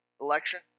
Election